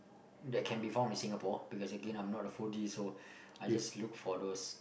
that can be found in Singapore because Again I'm not a foodie so I just look for those